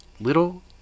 Little